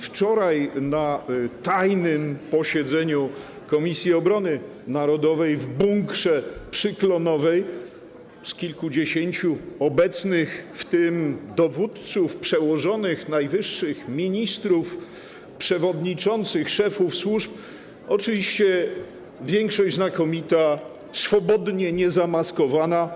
Wczoraj na tajnym posiedzeniu Komisji Obrony Narodowej w bunkrze przy ul. Klonowej z kilkudziesięciu obecnych, w tym dowódców, przełożonych - najwyższych - ministrów, przewodniczących, szefów służb, oczywiście znakomita większość była swobodnie niezamaskowana.